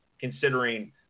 considering